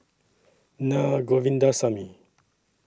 Na Govindasamy